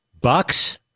Bucks